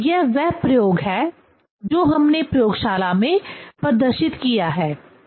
तो यह वह प्रयोग है जो हमने प्रयोगशाला में प्रदर्शित किया है